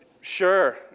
Sure